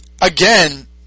again